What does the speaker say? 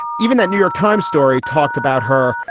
even the new york times story talked about her,